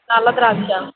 నల్ల ద్రాక్ష